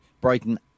Brighton